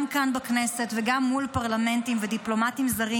גם כאן בכנסת וגם מול פרלמנטים ודיפלומטים זרים,